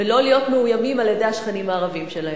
ולא להיות מאוימים על-ידי השכנים הערבים שלהם.